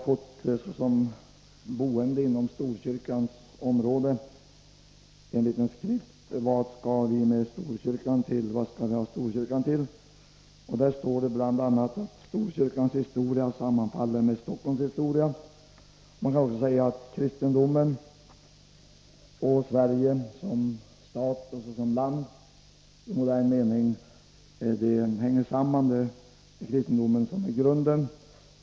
Såsom boende inom Storkyrkans område har vi fått en liten skrift med frågan: Vad skall vi ha Storkyrkan till? Där står det bl.a. att Storkyrkans historia sammanfaller med Stockholms historia. Man kan också säga att Sverige som stat och land i modern mening hänger samman med kristendomen, som är grunden.